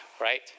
right